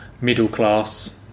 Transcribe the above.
middle-class